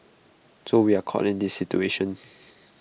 so we are caught in this situation